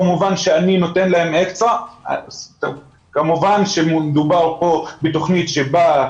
במובן שאני נותן להם --- כמובן שמדובר פה בתוכנית שבאה